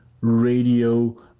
radio